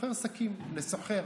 מוכר שקים לסוחר.